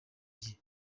gihe